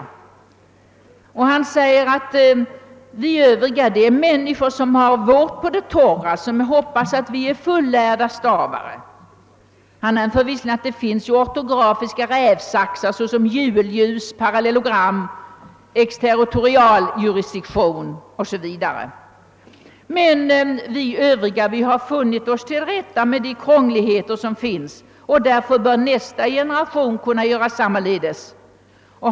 Frans G. Bengtsson säger att >vi övriga» är människor som har vårt på det torra, som hoppas vara fullärda stavare. Han anför att det finns ortografiska rävsaxar såsom julljus, parallellogram, exteritorialjurisdiktion o. s. v. Men »vi övriga» har funnit oss till rätta med de krångligheter som finns, och därför bör nästa generation kunna göra sammaledes.